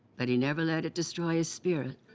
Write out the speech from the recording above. but he never let it destroy his spirit.